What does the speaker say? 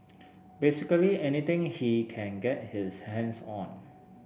basically anything he can get his hands on